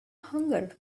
hunger